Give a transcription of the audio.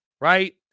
right